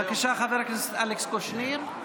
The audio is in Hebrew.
בבקשה, חבר הכנסת אלכס קושניר.